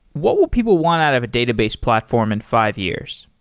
what will people want out of a database platform in five years?